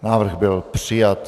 Návrh byl přijat.